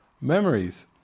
memories